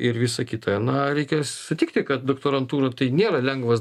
ir visa kita na reikia sutikti kad doktorantūra tai nėra lengvas